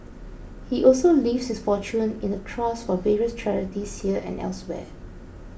he also leaves his fortune in a trust for various charities here and elsewhere